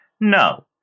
No